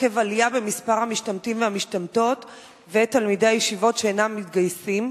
עקב עלייה במספר המשתמטים והמשתמטות ותלמידי הישיבות שאינם מתגייסים.